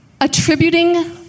Attributing